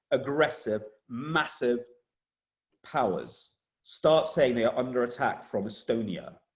aggressive, massive powers start saying they are under attack from estonia,